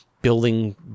building